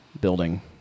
building